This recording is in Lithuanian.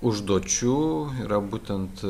užduočių yra būtent